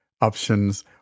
options